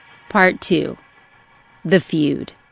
part two the feud